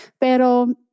Pero